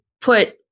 put